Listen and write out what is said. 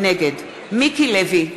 נגד מיקי לוי,